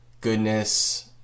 goodness